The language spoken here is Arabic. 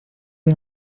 إلى